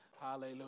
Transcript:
Hallelujah